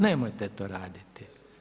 Nemojte to raditi!